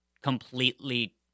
completely